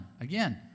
again